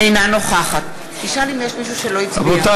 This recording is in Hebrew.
אינה נוכחת רבותי,